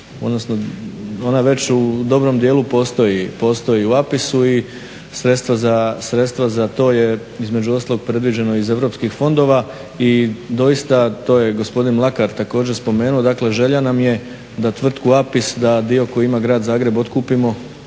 servera, ona već u dobrom dijelu postoji, postoji u Apisu i sredstva za to je između ostalog predviđeno iz europskih fondova i doista, to je i gospodin Mlakar također spomenuo, dakle želja nam je da tvrtku Apis, da dio koji ima grad Zagreb, otkupimo